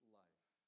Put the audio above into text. life